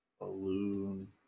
Balloon